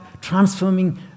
transforming